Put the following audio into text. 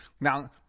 Now